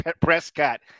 Prescott